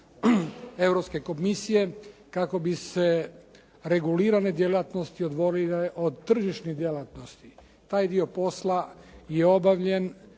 Europske komisije kako bi se regulirane djelatnosti odvojile od tržišnih djelatnosti. Taj dio posla je obavljen